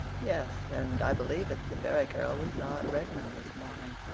yes, and i believe it's the very girl we saw at redmond this morning.